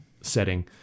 setting